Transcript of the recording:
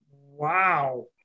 Wow